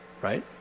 right